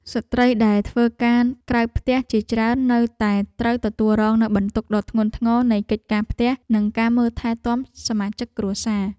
ស្ត្រីដែលធ្វើការក្រៅផ្ទះជាច្រើននៅតែត្រូវទទួលរងនូវបន្ទុកដ៏ធ្ងន់ធ្ងរនៃកិច្ចការផ្ទះនិងការមើលថែទាំសមាជិកគ្រួសារ។